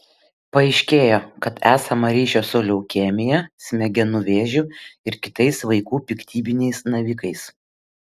paaiškėjo kad esama ryšio su leukemija smegenų vėžiu ir kitais vaikų piktybiniais navikais